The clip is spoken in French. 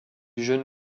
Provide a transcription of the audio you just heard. jeune